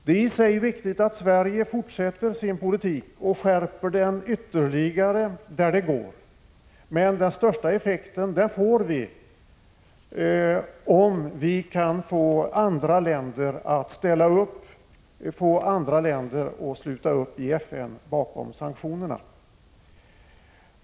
Det är också viktigt att Sverige fortsätter sin politik och skärper den ytterligare där det går. Men den största effekten uppnår vi om vi kan få andra länder att i FN sluta upp bakom sanktionerna.